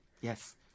Yes